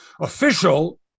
official